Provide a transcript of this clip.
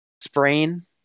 sprain